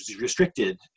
restricted